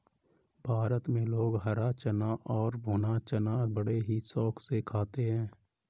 भारत में लोग हरा चना और भुना चना बड़े ही शौक से खाते हैं